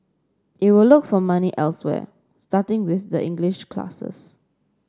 it will look for money elsewhere starting with the English classes